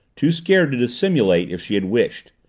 too scared to dissimulate if she had wished.